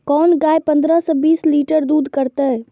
कोन गाय पंद्रह से बीस लीटर दूध करते?